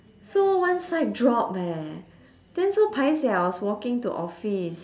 so one side drop eh then so paiseh I was walking to office